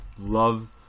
love